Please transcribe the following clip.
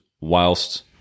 whilst